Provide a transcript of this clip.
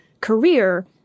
career